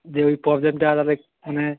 দিয়ে ওই প্রবলেমটা মানে